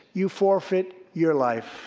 you forfeit your life.